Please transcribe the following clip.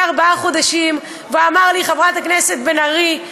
ארבעה חודשים ואמר לי: חברת הכנסת בן ארי,